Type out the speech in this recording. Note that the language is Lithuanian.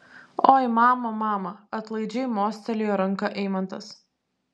oi mama mama atlaidžiai mostelėjo ranka eimantas